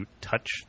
touch